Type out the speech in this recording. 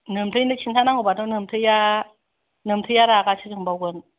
नोमथैनो खिनथानांगौबाथ' नोमथैया नोमथैया रागासो जोंबावगोन